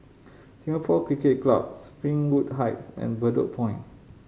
Singapore Cricket Club Springwood Heights and Bedok Point